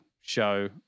show